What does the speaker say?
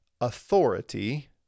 authority